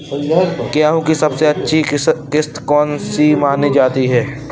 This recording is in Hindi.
गेहूँ की सबसे अच्छी किश्त कौन सी मानी जाती है?